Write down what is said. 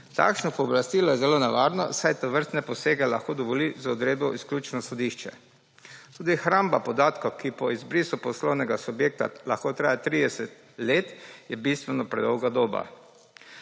Takšno pooblastilo je zelo nevarno, saj tovrstne posege lahko dovoli z odredbo izključno sodišče. Tudi hramba podatkov, ki po izbrisu poslovnega subjekta lahko traja 30 let, je bistveno predolga doba.